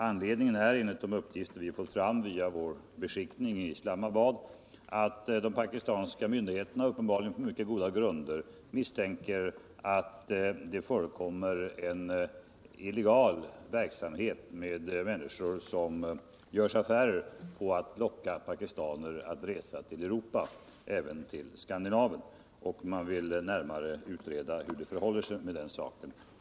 Anledningen är enligt de uppgifter vi har fått fram via vår beskickning i Islamabad att de pakistanska myndigheterna, uppenbarligen på mycket goda grunder, misstänker att det förekommer en illegal verksamhet där människor gör affärer på att locka pakistaner att resa till Europa, även till Skandinavien. Man vill närmare utreda hur det förhåller sig med den saken.